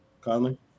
Conley